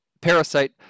Parasite